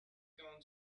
gone